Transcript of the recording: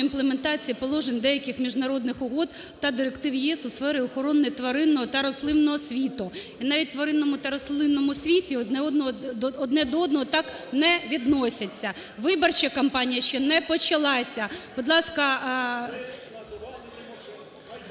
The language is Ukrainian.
імплементації положень деяких міжнародних угод та директив ЄС у сфері охорони тваринного та рослинного світу). І навіть в тваринному та рослинному світі одне до одного так не відносяться. Виборча кампанія ще не почалася.